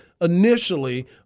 initially